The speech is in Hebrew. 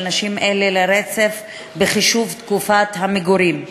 נשים אלה לרצף בחישוב תקופת המגורים.